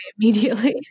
immediately